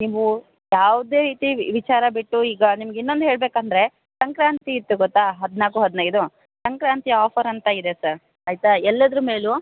ನೀವು ಯಾವುದೇ ವಿಟಿ ವಿಚಾರ ಬಿಟ್ಟು ಈಗ ನಿಮಗೆ ಇನ್ನೊಂದು ಹೇಳಬೇಕಂದ್ರೆ ಸಂಕ್ರಾಂತಿ ಇತ್ತು ಗೊತ್ತಾ ಹದಿನಾಲ್ಕು ಹದಿನೈದು ಸಂಕ್ರಾಂತಿ ಆಫರ್ ಅಂತ ಇದೆ ಸರ್ ಆಯ್ತಾ ಎಲ್ಲದರ ಮೇಲೂ